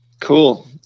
Cool